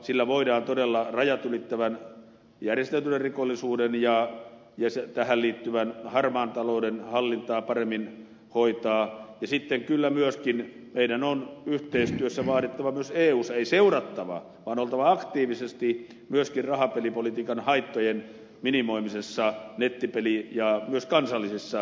sillä voidaan todella rajat ylittävän järjestäytyneen rikollisuuden ja tähän liittyvän harmaan talouden hallintaa paremmin hoitaa ja sitten meidän on kyllä myöskin yhteistyössä eussa ei seurattava vaan oltava aktiivisesti myöskin rahapelipolitiikan haittojen minimoimisessa nettipeli ja myös kansallisissa ratkaisuissa